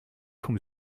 vom